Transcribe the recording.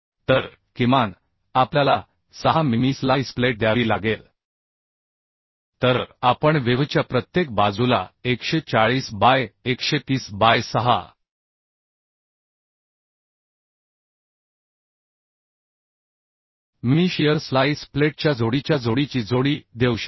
तर किमान आपल्याला 6 मिमी स्लाइस प्लेट द्यावी लागेल तर आपण वेव्हच्या प्रत्येक बाजूला 140 बाय 130 बाय 6 मिमी शीअर स्लाइस प्लेटच्या जोडीच्या जोडीची जोडी देऊ शकतो